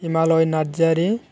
Himalaya Narzary